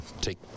take